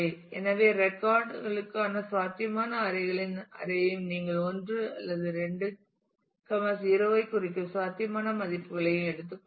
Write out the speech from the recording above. எனவே ரெக்கார்ட் களுக்கான சாத்தியமான அரை களின் அரை யும் நீங்கள் 1 அல்லது 2 0 ஐக் குறிக்கும் சாத்தியமான மதிப்புகளையும் எடுத்துக் கொள்ளுங்கள்